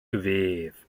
gref